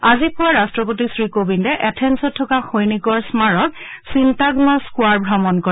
আজি পুৱা ৰাষ্ট্ৰপতি শ্ৰীকোবিন্দে এথেলত থকা সৈনিকৰ স্মাৰক চিন্তাগ্মা স্কোৱাৰ ভ্ৰমণ কৰে